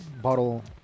bottle